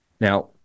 Now